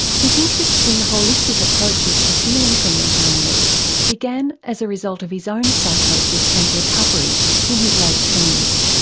his interest in holistic approaches to healing from mental illness began as a result of his own psychosis and recovery in his late teens.